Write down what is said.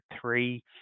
three